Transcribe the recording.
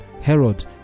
Herod